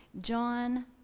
John